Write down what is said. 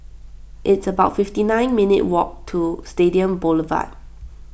it's about fifty nine minutes' walk to Stadium Boulevard